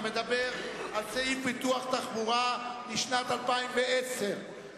המדבר על סעיף פיתוח התחבורה לשנת 2010,